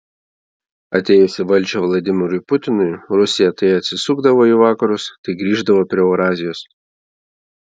atėjus į valdžią vladimirui putinui rusija tai atsisukdavo į vakarus tai grįždavo prie eurazijos